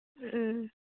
ꯎꯝ